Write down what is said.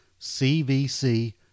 CVC